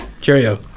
Cheerio